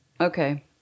Okay